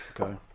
Okay